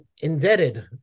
indebted